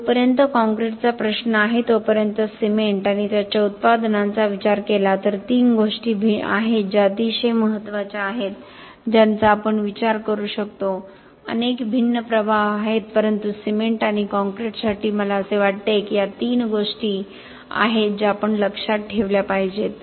जोपर्यंत काँक्रीटचा प्रश्न आहे तोपर्यंत सिमेंट आणि त्याच्या उत्पादनांचा विचार केला तर तीन गोष्टी आहेत ज्या अतिशय महत्त्वाच्या आहेत ज्यांचा आपण विचार करू शकतो अनेक भिन्न प्रभाव आहेत परंतु सिमेंट आणि काँक्रीटसाठी मला असे वाटते की या तीन गोष्टी आहेत ज्या आपण लक्षात ठेवावे लागेल